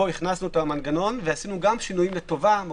פה הכנסנו את המנגנון ועשינו גם שינויים לטובה.